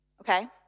okay